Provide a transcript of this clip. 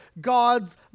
God's